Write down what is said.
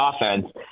offense